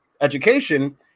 education